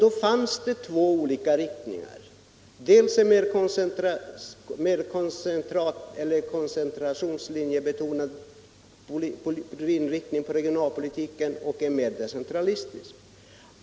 Då fanns det två ståndpunkter: dels en som gick ut på en mer koncentrationslinjebetonad inriktning av regionalpolitiken, dels en mer decentralistisk.